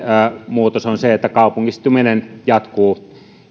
muutos on se että kaupungistuminen jatkuu